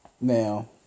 Now